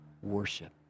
worship